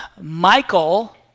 Michael